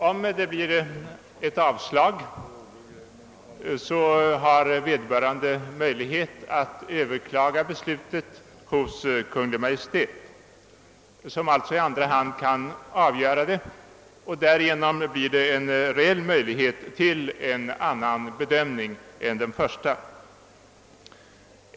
Om det blir ett avslag, har vederbörande möjlighet att överklaga beslutet hos Kungl. Maj:t, som alltså i andra hand kan avgöra. Därigenom blir det en reell möjlighet till en annan bedömning.